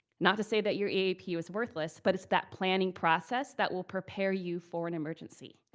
not to say that your eap was worthless, but it's that planning process that will prepare you for an emergency.